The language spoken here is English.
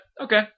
Okay